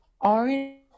Orange